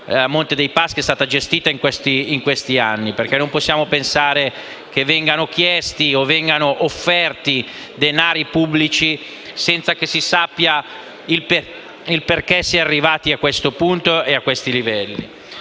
Monte dei Paschi, sono state gestite in questi anni. Non possiamo pensare, infatti, che vengano chiesti o vengano offerti denari pubblici senza che si sappia il perché si è arrivati a questo punto e a questi livelli.